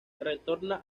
retorna